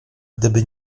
gdyby